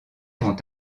vont